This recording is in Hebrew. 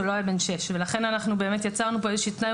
לא היה בן שש ולכן אנחנו באמת יצרנו כאן איזשהו תנאי